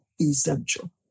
essential